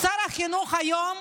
שר החינוך היום,